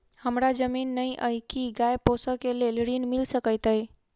हमरा जमीन नै अई की गाय पोसअ केँ लेल ऋण मिल सकैत अई?